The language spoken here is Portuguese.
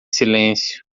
silêncio